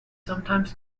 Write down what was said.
sometimes